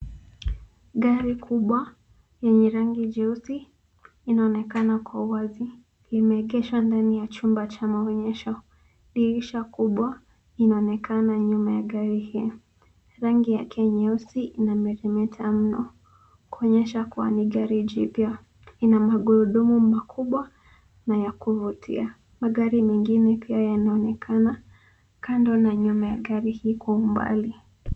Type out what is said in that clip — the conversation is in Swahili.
Gari kubwa lenye rangi jeusi linaonekana kwa wazi, limeegeshwa ndani ya chumba cha maonyesho. Dirisha kubwa linaonekana nyuma ya gari hili. Rangi yake nyeusi inameremeta mno, kuonyesha kuwa ni gari jipya. Ina magurudumu makubwa na ya kuvutia. Magari mengine pia yanaonekana kando na nyuma ya gari hii kwa umbali.